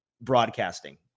broadcasting